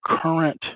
current